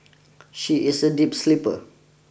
she is a deep sleeper